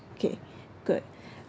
okay good